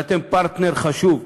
ואתם פרטנר חשוב,